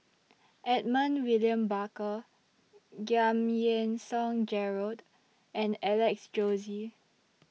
Edmund William Barker Giam Yean Song Gerald and Alex Josey